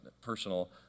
personal